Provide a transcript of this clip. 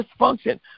dysfunction